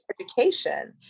education